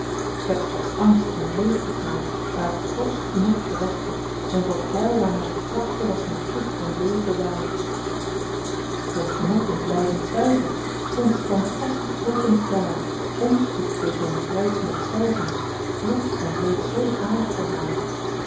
k heb slechts angst en leed gegaard waar ik t hoogst genot verwachtte en voor t heil waarnaar ik trachtte was me gif en wee bewaard k vond genot in t lydend zwygen k stond standvastig hopend daar onspoed deed den prys my stygen k droeg en leed zoo graag voor haar